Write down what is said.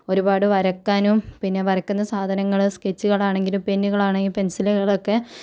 ഒരുപാട് വരയ്ക്കാനും പിന്നെ വരക്കുന്ന സാധനങ്ങള് സ്കെച്ചുകളാണെങ്കില് പെന്നുകളാണെങ്കില് പെൻസിലുകളൊക്കെ